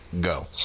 Go